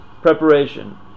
Preparation